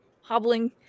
hobbling